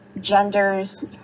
genders